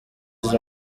izo